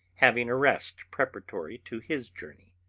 having a rest preparatory to his journey.